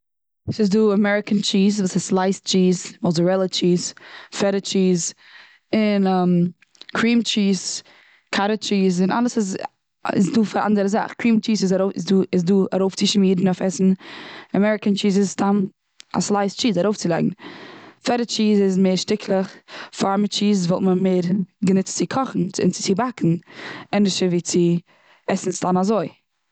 ס'איז דא אמעריקען טשיז, וואס איז סלייסד טשיז, מאזערעלע טשיז, פעטע טשיז, און קריעם טשיז, קאטעדזש טשיז, און אלעס איז איז דא פאר א אנדערע זאך. קריעם טשיז איז איז דא, איז דא ארויף צו שמירן אויף עסן. אמעריקן טשיז איז סתם א סלייס טשיז ארויף צולייגן. פעטע טשיז איז מער שטיקלעך. פארמער טשיז וואלט מען מער גענוצט צו קאכן, און צו באקן ענדערשער ווי צו עסן סתם אזוי.